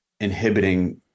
inhibiting